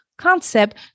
Concept